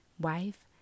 wife